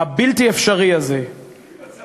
הבלתי-אפשרי הזה, איזה מצב?